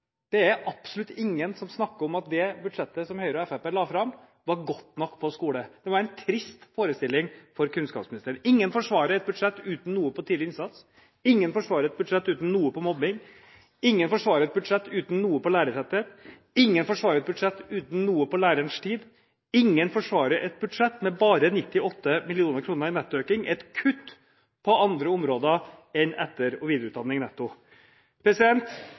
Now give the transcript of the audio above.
det er absolutt ingen som snakker om at det budsjettet som Høyre og Fremskrittspartiet la fram, var godt nok når det gjaldt skole. Det var en trist forestilling for kunnskapsministeren. Ingen forsvarer et budsjett uten noe når det gjelder tidlig innsats. Ingen forsvarer et budsjett uten noe når det gjelder mobbing. Ingen forsvarer et budsjett uten noe når det gjelder lærertetthet. Ingen forsvarer et budsjett uten noe når det gjelder lærerens tid. Ingen forsvarer et budsjett med bare 98 mill. kr i nettoøkning: Det er et netto kutt på andre områder enn etter- og